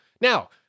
now